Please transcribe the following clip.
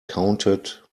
counted